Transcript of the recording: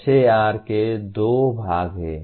SAR के दो भाग हैं